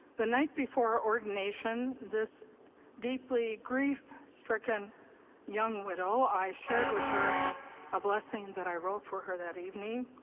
the night before ordination, this deeply grief-stricken young widow, i shared with her a blessing that i wrote for her that evening,